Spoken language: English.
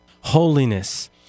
Holiness